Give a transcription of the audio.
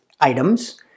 items